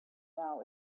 now